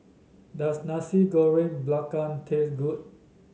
does Nasi Goreng Belacan taste good